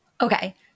Okay